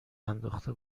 انداخته